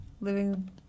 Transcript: living